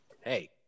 hey